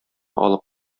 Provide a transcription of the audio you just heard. алып